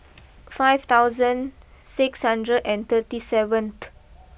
five thousand six hundred and thirty seventh